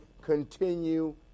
continue